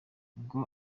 ubwo